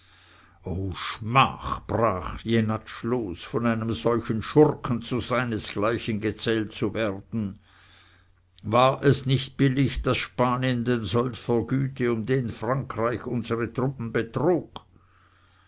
schmach brach jenatsch los von einem solchen schurken zu seinesgleichen gezählt zu werden war es nicht billig daß spanien den sold vergüte um den frankreich unsere truppen betrog